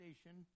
station